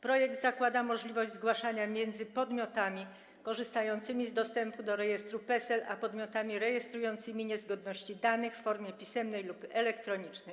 Projekt zakłada możliwość zgłaszania między podmiotami korzystającymi z dostępu do rejestru PESEL a podmiotami rejestrującymi niezgodności danych w formie pisemnej lub elektronicznej.